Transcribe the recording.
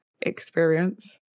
experience